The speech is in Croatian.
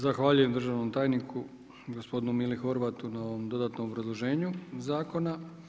Zahvaljujem državnom tajniku gospodinu Mili Horvatu na ovom dodatnom obrazloženju zakona.